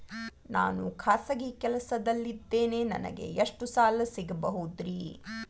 ನಾನು ಖಾಸಗಿ ಕೆಲಸದಲ್ಲಿದ್ದೇನೆ ನನಗೆ ಎಷ್ಟು ಸಾಲ ಸಿಗಬಹುದ್ರಿ?